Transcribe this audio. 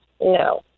No